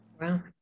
Wow